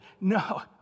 No